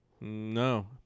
No